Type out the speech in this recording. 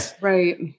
Right